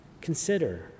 Consider